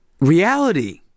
reality